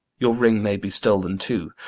your ring may be stol'n too.